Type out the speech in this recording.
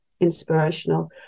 inspirational